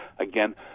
again